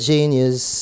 Genius